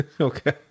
Okay